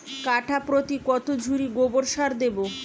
কাঠাপ্রতি কত ঝুড়ি গোবর সার দেবো?